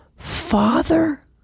Father